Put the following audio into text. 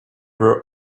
were